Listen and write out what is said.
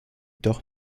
doch